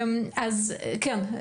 כן,